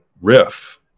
riff